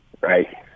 right